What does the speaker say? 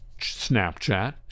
Snapchat